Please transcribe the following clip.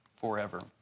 forever